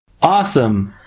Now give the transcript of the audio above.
Awesome